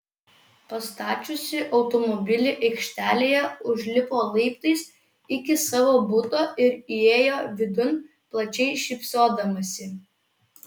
pastačiusi automobilį aikštelėje užlipo laiptais iki savo buto ir įėjo vidun plačiai šypsodamasi